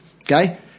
Okay